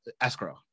escrow